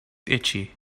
itchy